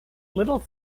little